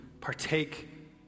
partake